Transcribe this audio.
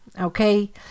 Okay